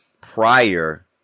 prior